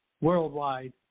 worldwide